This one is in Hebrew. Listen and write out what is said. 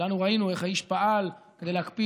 כולנו ראינו איך האיש פעל כדי להקפיא